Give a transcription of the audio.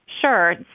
Sure